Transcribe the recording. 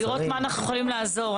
ולראות מה אנחנו יכולים לעזור,